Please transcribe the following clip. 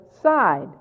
side